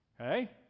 Okay